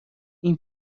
این